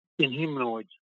Inhumanoids